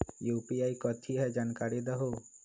UPI कथी है? जानकारी दहु